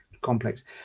complex